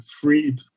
freed